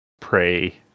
pray